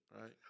right